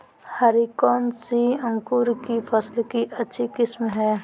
हरी कौन सी अंकुर की फसल के अच्छी किस्म है?